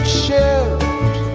shift